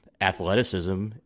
athleticism